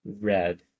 red